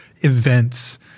events